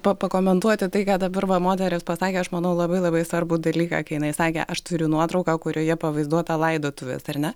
pa pakomentuoti tai ką dabar va moteris pasakė aš manau labai labai svarbų dalyką kai jinai sakė aš turiu nuotrauką kurioje pavaizduota laidotuvės ar ne